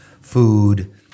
food